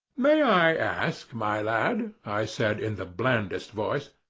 may i ask, my lad, i said, in the blandest voice,